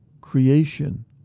Creation